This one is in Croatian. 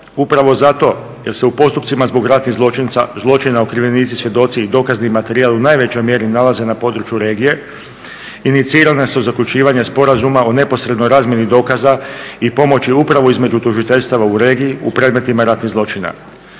Upravo zato jer se u postupcima zbog ratnih zločina okrivljenici, svjedoci i dokazni materijal u najvećoj mjeri nalaze na području regije. Inicirana su zaključivanja sporazuma o neposrednoj razmjeni dokaza i pomoći upravo između tužiteljstava u regiji u predmetima ratnih zločina.